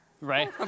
Right